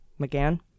McGann